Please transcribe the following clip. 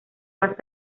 más